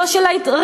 לא של האריתריאים,